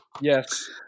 Yes